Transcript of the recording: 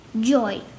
joy